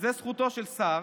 וזו זכותו של שר.